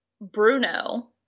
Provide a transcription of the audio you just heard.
Bruno